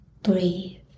Breathe